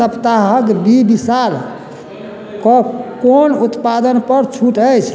एही सप्ताहक बी विशालके कोन उत्पादनपर छूट अछि